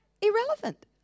Irrelevant